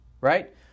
right